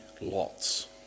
lots